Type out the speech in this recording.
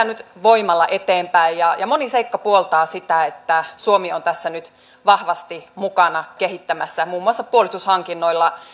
nyt voimalla eteenpäin ja ja moni seikka puoltaa sitä että suomi on tässä nyt vahvasti mukana kehittämässä muun muassa puolustushankinnoilla